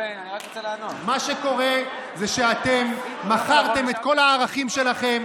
מה שקורה זה שאתם מכרתם את כל הערכים שלכם.